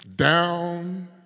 Down